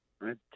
right